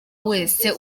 wese